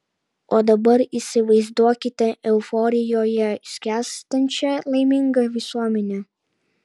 o dabar įsivaizduokite euforijoje skęstančią laimingą visuomenę